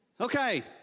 Okay